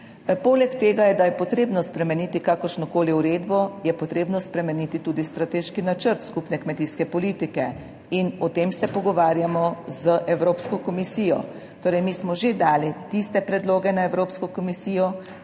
Poleg tega je, da je potrebno spremeniti kakršnokoli uredbo, je potrebno spremeniti tudi strateški načrt skupne kmetijske politike in o tem se pogovarjamo z Evropsko komisijo. Torej mi smo že dali tiste predloge na Evropsko komisijo,